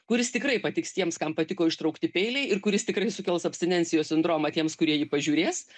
kuris tikrai patiks tiems kam patiko ištraukti peiliai ir kuris tikrai sukels abstinencijos sindromą tiems kurie jį pažiūrės